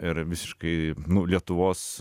ir visiškai nu lietuvos